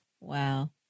Wow